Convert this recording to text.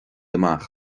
amach